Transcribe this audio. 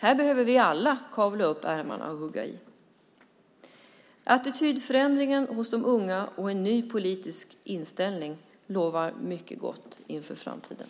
Här behöver vi alla kavla upp ärmarna och hugga i. Attitydförändringen hos de unga och en ny politisk inställning lovar mycket gott inför framtiden!